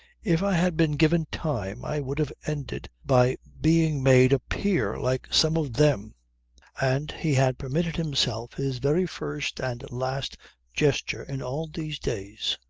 if i had been given time i would have ended by being made a peer like some of them and he had permitted himself his very first and last gesture in all these days,